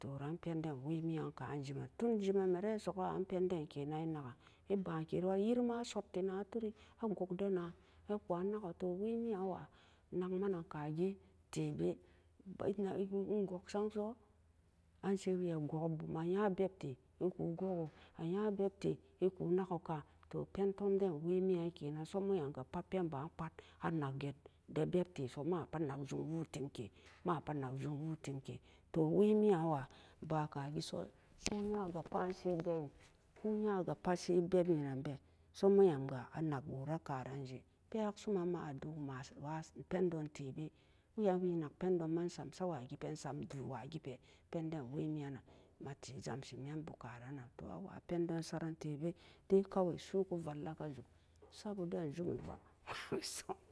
Toh ka den pen den to ran penden toon jeman me re soka n pen te nakan e ba'an ke yiri i ban kee ni wa sokbe ar pen den ke nan na e nakan e ba'an kee maa yeri ma e sott na turie a guak da nan ku na ko toh wee mi'an waa nak nen ta gee tee bee e guk sa so an sew we a guk ki boom an a ya'a beep tee e kun go'a ko a ya'a beep tee kun na ku ka's toh pon tomp den wee'an kena so mo'ayam ga pen ba pat tee so ma pat nak jum wu'u tim kee ma pat nak jum wu'u tim kee ma pat nak jum wu'u tim kee toh wee mi'an wa ba ka gee so sai ya ga pat e no sai beebe ko ya ga pat sai be'ebe ye'an ben so mo'yam ga a nak woo ree ka ran jee pee yak sum man ma a joon ma se wasee pen don tebe wa'an we nak pen donma a san sat wa ge'an pee a san duo wa gee pee pen den wee mian nan e man jen jam see meen boo kan-ran nan toh a waa pen don saren tee bee dee ka wa'a su'u ku valla ka jum, sat boo dan jumi.